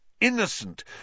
innocent